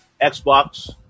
Xbox